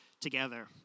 together